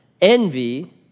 envy